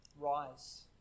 Rise